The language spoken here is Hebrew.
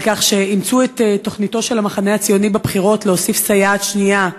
על כך שאימצו את תוכניתו של המחנה הציוני בבחירות להוסיף סייעת שנייה,